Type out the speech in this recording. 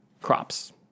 crops